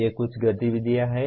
ये कुछ गतिविधियाँ हैं